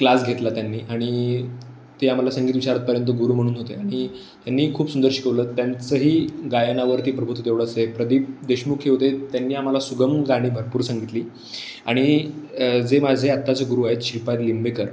class घेतला त्यांनी आणि ते आम्हाला संगीत विशारदपर्यंत गुरू म्हणून होते आणि त्यांनीही खूप सुंदर शिकवलं त्यांचंही गायनावरती प्रभुत्व तेवढंच आहे प्रदीप देशमुख हे होते त्यांनी आम्हाला सुगम गाणी भरपूर संगितली आणि जे माझे आत्ताचे गुरू आहेत श्रीपाद लिंबेकर